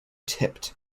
tipped